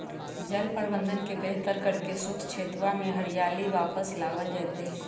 जल प्रबंधन के बेहतर करके शुष्क क्षेत्रवा में हरियाली वापस लावल जयते हई